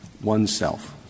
oneself